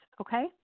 okay